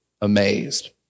amazed